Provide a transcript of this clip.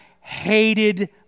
hated